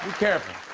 careful.